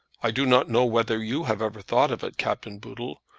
i do not know whether you have ever thought of it, captain boodle?